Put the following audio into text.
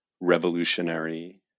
revolutionary